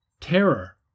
terror